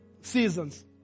seasons